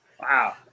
Wow